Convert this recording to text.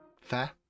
Fair